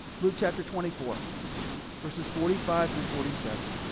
luke chapter twenty four verses forty five through forty seven.